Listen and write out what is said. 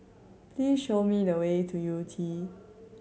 please show me the way to Yew Tee